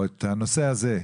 או את הנושא הזה,